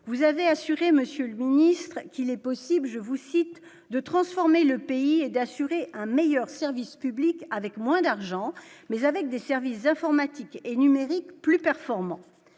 vous avez assuré, Monsieur le Ministre, qu'il est possible, je vous cite, de transformer le pays et d'assurer un meilleur service public avec moins d'argent, mais avec des services informatiques et numérique plus performant,